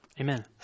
Amen